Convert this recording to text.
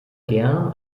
gern